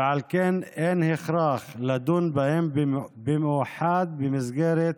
ועל כן אין הכרח לדון בהם במאוחד במסגרת